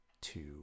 two